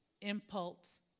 impulse